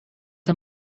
the